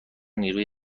نیروی